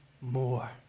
more